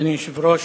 אדוני היושב-ראש,